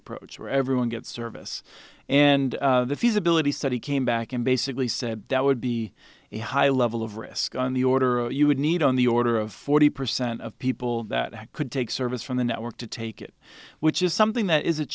approach where everyone gets service and the feasibility study came back and basically said that would be a high level of risk on the order you would need on the order of forty percent of people that could take service from the network to take it which is something that is